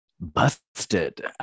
busted